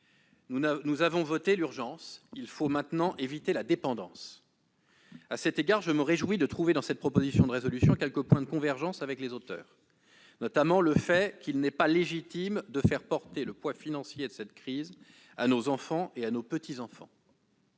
Nous avons voté l'urgence ; il faut maintenant éviter la dépendance. À cet égard, je me réjouis de trouver dans cette proposition de résolution quelques points de convergence avec les auteurs : l'idée qu'il n'est pas légitime de faire porter le poids financier de cette crise sur nos enfants et nos petits-enfants,